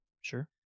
Sure